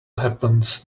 happens